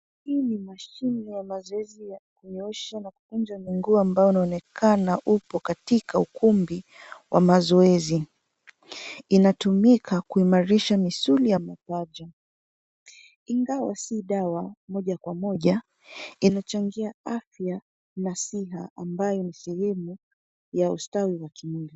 Hii ni mashine ya mazoezi ya kunyoosha na kukunja mguu wa mbele, inaonekana ipo katika ukumbi wa mazoezi. Inatumika kuimarisha misuli ya mapaja. Ingawa inachosha kwa muda, inachangia afya na staha ya mwili, ambayo ni mazoezi ya ustawi wa kimwili.